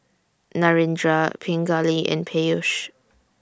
Narendra Pingali and Peyush